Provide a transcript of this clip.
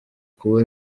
kuba